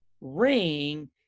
ring